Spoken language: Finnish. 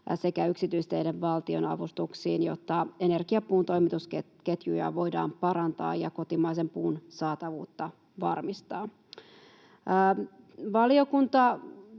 sekä yksityisteiden valtionavustuksiin, jotta energiapuun toimitusketjuja voidaan parantaa ja kotimaisen puun saatavuutta varmistaa.